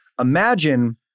Imagine